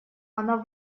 она